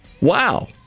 Wow